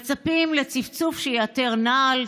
מצפים לצפצוף שיאתר נעל,